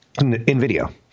NVIDIA